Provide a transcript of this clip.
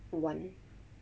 one